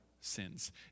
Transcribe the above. sins